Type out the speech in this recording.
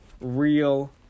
real